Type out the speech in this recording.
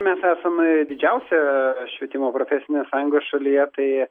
mes esam didžiausia švietimo profesinė sąjunga šalyje tai